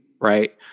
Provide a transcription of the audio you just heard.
right